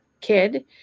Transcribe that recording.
kid